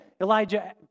Elijah